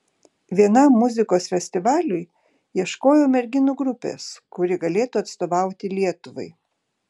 vienam muzikos festivaliui ieškojau merginų grupės kuri galėtų atstovauti lietuvai